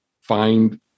find